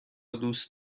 دوست